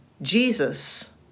Jesus